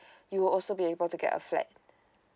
you also be able to get a flat